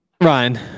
Ryan